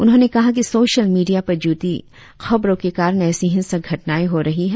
उन्होंने कहा कि सोशल मीडिया पर झूठी खबरों के कारण ऐसी हिंसक घटनाएं हो रही है